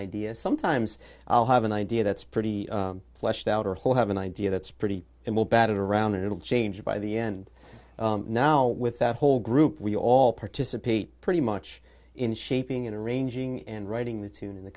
idea sometimes i'll have an idea that's pretty fleshed out or whole have an idea that's pretty bad around and it'll change by the end now with that whole group we all participate pretty much in shaping and arranging and writing the tune in the